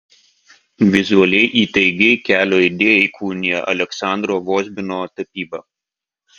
vizualiai įtaigiai kelio idėją įkūnija aleksandro vozbino tapyba